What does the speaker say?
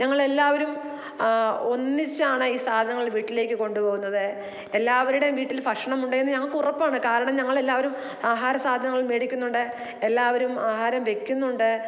ഞങ്ങളെല്ലാവരും ഒന്നിച്ചാണ് ഈ സാധനങ്ങൾ വീട്ടിലേക്ക് കൊണ്ട് പോകുന്നത് എല്ലാവരുടേം വീട്ടിൽ ഭക്ഷണമുണ്ട് എന്ന് ഞങ്ങൾക്കുറപ്പാണ് കാരണം ഞങ്ങളെല്ലാവരും ആഹാരസാധനങ്ങൾ മേടിക്കുന്നുണ്ട് എല്ലാവരും ആഹാരം വെക്കുന്നുണ്ട്